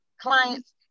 clients